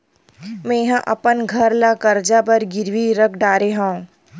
मेहा अपन घर ला कर्जा बर गिरवी रख डरे हव